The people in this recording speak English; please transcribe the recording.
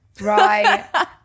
Right